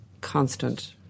constant